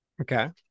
Okay